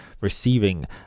receiving